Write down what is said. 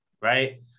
right